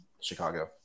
Chicago